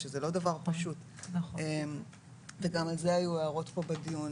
שזה לא דבר פשוט וגם על זה היו הערות פה בדיון.